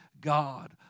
God